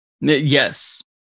Yes